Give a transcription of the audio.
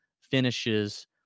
finishes